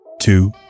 two